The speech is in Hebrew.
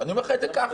אני אומר לך את זה ככה.